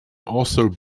also